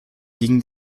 ging